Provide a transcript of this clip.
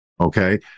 okay